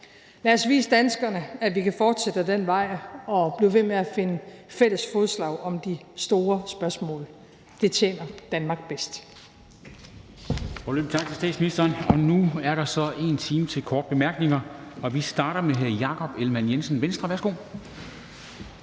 Lad os vise danskerne, at vi kan fortsætte ad den vej og blive ved med at finde fælles fodslag om de store spørgsmål. Det tjener Danmark bedst.